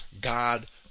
God